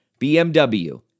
BMW